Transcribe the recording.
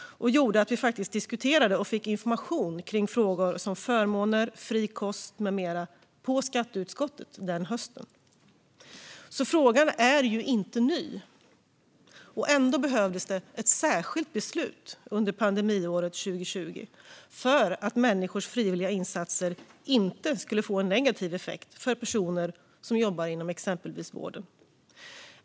Det gjorde att vi den hösten diskuterade och fick information i frågor om förmåner, fri kost med mera i skatteutskottet. Frågan är inte ny. Ändå behövdes ett särskilt beslut pandemiåret 2020 för att människors frivilliga insatser inte skulle få en negativ effekt för personer som jobbar inom exempelvis vården.